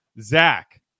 Zach